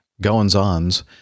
goings-ons